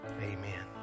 Amen